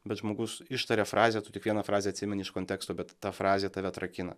bet žmogus ištaria frazę tu tik vieną frazę atsimeni iš konteksto bet ta frazė tave atrakina